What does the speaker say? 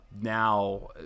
now